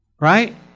Right